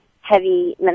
heavy